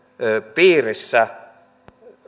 piirissä